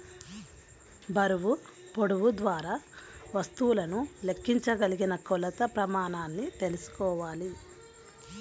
బరువు, పొడవు ద్వారా వస్తువులను లెక్కించగలిగిన కొలత ప్రమాణాన్ని తెల్సుకోవాలి